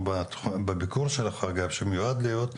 בביקור שלך אגב שמיועד להיות,